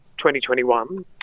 2021